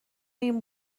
این